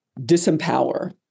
disempower